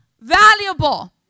valuable